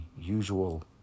usual